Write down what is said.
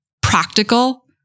practical